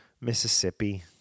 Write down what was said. Mississippi